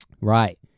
right